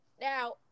Now